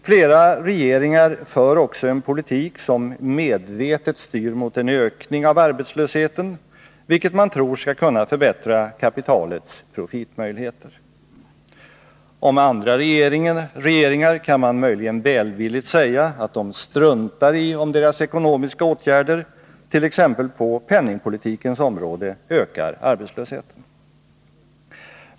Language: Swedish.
Flera regeringar för också en politik som medvetet styr mot en ökning av arbetslösheten, vilket man tror skall kunna förbättra kapitalets profitmöjligheter. Om andra regeringar kan man möjligen välvilligt säga att de struntar i om deras ekonomiska åtgärder, t.ex. på penningspolitikens område, ökar arbetslösheten.